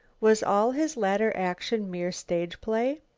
was all his later action mere stage-play?